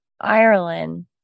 Ireland